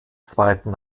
zweiten